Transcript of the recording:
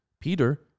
Peter